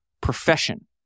profession